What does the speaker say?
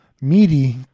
meaty